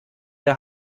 der